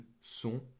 sont